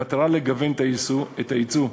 במטרה לגוון את היצוא,